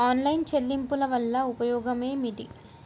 Online చెల్లింపుల వల్ల ఉపయోగమేమిటీ?